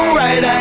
right